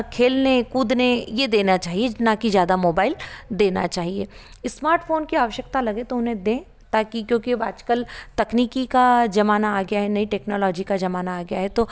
खेलने कूदने ये देना चाहिए ना की जादा मोबाईल देना चाहिए इस्मार्टफोन की आवश्यकता लगे तो उन्हें दे ताकि क्योंकि आज कल तकनीकी का जमाना आ गया है नई टेक्नोलॉजी का ज़माना आ गया है तो